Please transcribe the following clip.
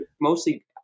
Mostly